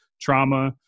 trauma